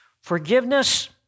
Forgiveness